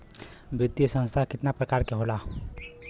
वित्तीय संस्था कितना प्रकार क होला?